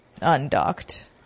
undocked